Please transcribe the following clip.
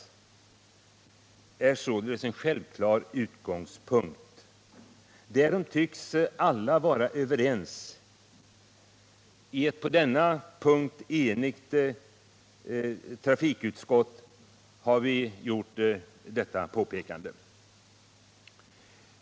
Därom tycks alla vara 147 överens. I ett på denna punkt enigt trafikutskott har vi gjort detta påpekande.